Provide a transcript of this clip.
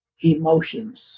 emotions